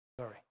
Sorry